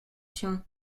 się